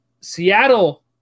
Seattle